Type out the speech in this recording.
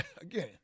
again